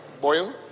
boil